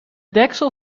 deksel